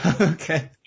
Okay